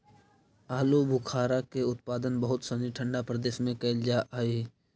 आलूबुखारा के उत्पादन बहुत सनी ठंडा प्रदेश में कैल जा हइ